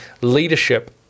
leadership